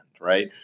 right